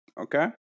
Okay